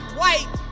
white